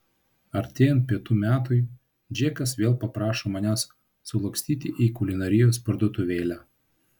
artėjant pietų metui džekas vėl paprašo manęs sulakstyti į kulinarijos parduotuvėlę